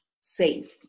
safe